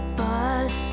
bus